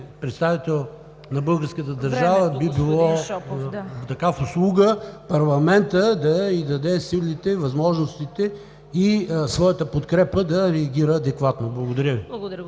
представител на българската държава би ѝ било в услуга парламентът да ѝ даде възможности и своята подкрепа, за да реагира адекватно. Благодаря Ви.